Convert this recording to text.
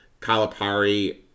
Kalapari